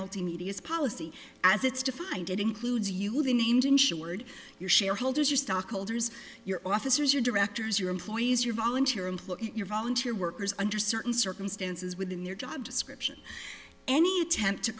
multimedia as policy as it's defined it includes you will be named insured your shareholders your stockholders your officers your directors your employees your volunteer employee your volunteer workers under certain circumstances within their job description any attempt to